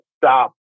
stop